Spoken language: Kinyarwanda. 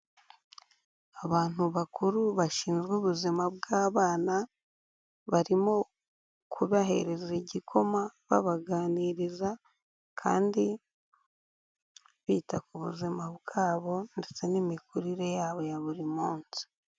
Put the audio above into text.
Abantu bakuru bashinzwe ubuzima bw'abana, barimo kubahereza igikoma, babaganiriza kandi bita ku buzima bwabo ndetse n'imikurire yabo ya buri munsi.